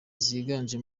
ziganje